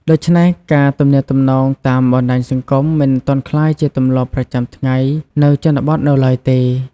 ដូច្នេះការទំនាក់ទំនងតាមបណ្ដាញសង្គមមិនទាន់ក្លាយជាទម្លាប់ប្រចាំថ្ងៃនៅជនបទនៅឡើយទេ។